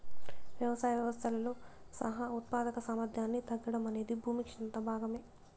వ్యవసాయ వ్యవస్థలతో సహా ఉత్పాదక సామర్థ్యాన్ని తగ్గడం అనేది భూమి క్షీణత భాగమే